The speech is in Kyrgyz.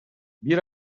бир